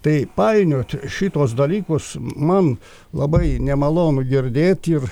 tai painiot šituos dalykus man labai nemalonu girdėt ir